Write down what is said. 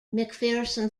macpherson